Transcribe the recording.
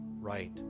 right